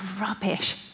rubbish